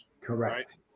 Correct